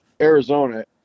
Arizona